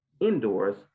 indoors